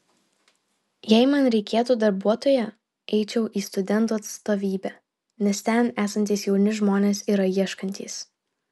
jei man reikėtų darbuotojo eičiau į studentų atstovybę nes ten esantys jauni žmonės yra ieškantys